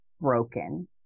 broken